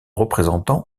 représentant